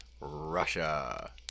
Russia